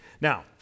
Now